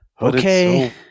Okay